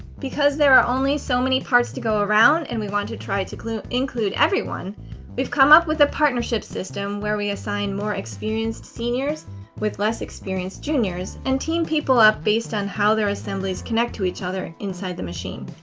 because there are only so many parts to go around and we want to try to include include everyone we've come up with a partnership system where we assign more experienced seniors with less experienced juniors, and team people up based on how their assemblies connect to each other inside the machine.